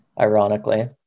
ironically